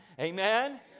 amen